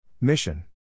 Mission